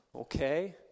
okay